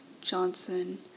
Johnson